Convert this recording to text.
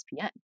ESPN